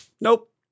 nope